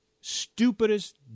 stupidest